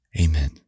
Amen